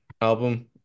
album